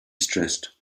stressed